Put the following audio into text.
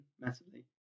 massively